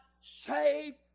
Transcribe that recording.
saved